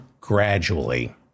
gradually